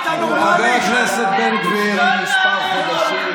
של נעליך.